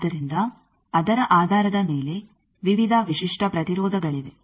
ಆದ್ದರಿಂದ ಅದರ ಆಧಾರದ ಮೇಲೆ ವಿವಿಧ ವಿಶಿಷ್ಟ ಪ್ರತಿರೋಧಗಳಿವೆ